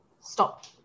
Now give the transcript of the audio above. stop